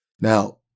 Now